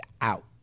out